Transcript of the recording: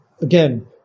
again